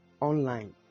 Online